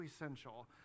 essential